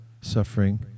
suffering